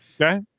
Okay